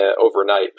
overnight